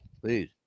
Please